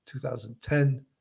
2010